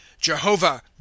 jehovah